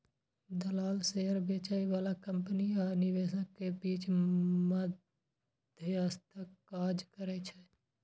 दलाल शेयर बेचय बला कंपनी आ निवेशक के बीच मध्यस्थक काज करै छै